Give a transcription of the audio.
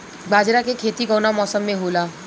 बाजरा के खेती कवना मौसम मे होला?